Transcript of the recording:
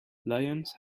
lions